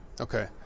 okay